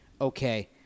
okay